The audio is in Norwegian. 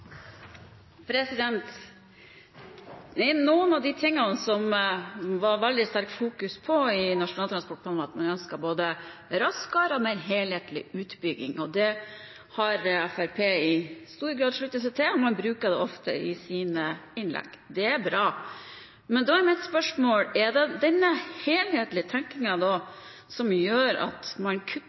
Noen av de tingene det ble fokusert veldig sterkt på i Nasjonal transportplan, var at man ønsket både raskere og en mer helhetlig utbygging, og det har Fremskrittspartiet i stor grad sluttet seg til, og man bruker det ofte i sine innlegg. Det er bra. Men da er mitt spørsmål: Er det da denne helhetlige tenkningen som gjør at man kutter